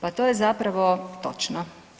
Pa to je zapravo točno.